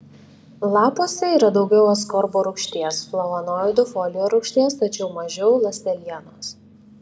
lapuose yra daugiau askorbo rūgšties flavonoidų folio rūgšties tačiau mažiau ląstelienos